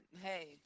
Hey